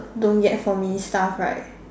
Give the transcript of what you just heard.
don't get for me stuff right